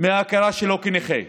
מההכרה בו כנכה,